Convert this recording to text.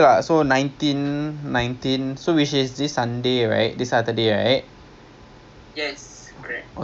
so ya segway so we segway for one hour